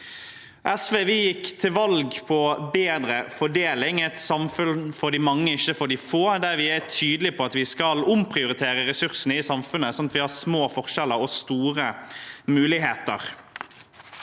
SV gikk til valg på bedre fordeling – et samfunn for de mange, ikke for de få – der vi er tydelig på at vi skal omprioritere ressursene i samfunnet, sånn at vi har små forskjeller og store muligheter.